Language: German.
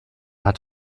hat